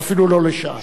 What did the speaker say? ואפילו לא לשעה.